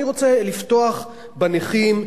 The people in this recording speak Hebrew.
אני רוצה לפתוח בנכים,